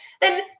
then-